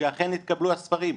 שאכן נתקבלו הספרים,